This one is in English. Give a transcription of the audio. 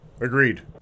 agreed